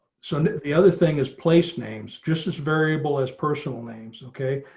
so and the other thing is place names, just as variable as personal names. okay,